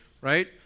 right